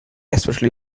especially